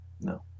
No